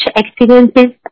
experiences